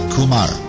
Kumar